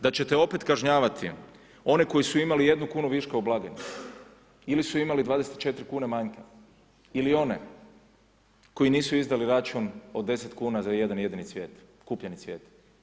Da ćete opet kažnjavati one koji su imali 1 kunu viška u blagajni ili su imali 24 kune manjka ili one koji nisu izdali račun od 10 kuna za jedan jedini cvijet, kupljeni cvijet.